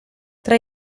tra